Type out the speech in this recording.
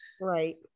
Right